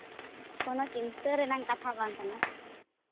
ᱠᱳᱱᱚ ᱪᱤᱱᱛᱟᱹ ᱨᱮᱱᱟᱜ ᱠᱟᱛᱷᱟ ᱵᱟᱝ ᱠᱟᱱᱟ